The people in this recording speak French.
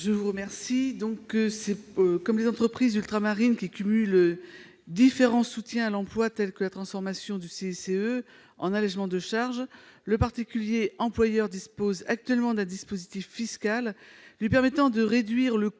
Mme Jocelyne Guidez. Comme les entreprises ultramarines qui cumulent différents soutiens à l'emploi tels que la transformation du CICE en allégement de charges, le particulier employeur bénéficie actuellement d'un dispositif fiscal lui permettant de réduire le coût